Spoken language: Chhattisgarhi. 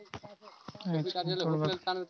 आयज कायल तो उड़वाए के घलो पंखा आये गइस हे